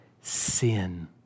sin